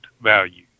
value